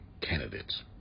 candidates